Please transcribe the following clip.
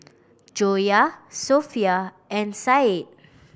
Joyah Sofea and Said